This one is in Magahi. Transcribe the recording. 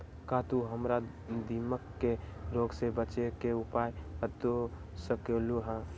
का तू हमरा दीमक के रोग से बचे के उपाय बता सकलु ह?